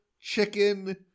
chicken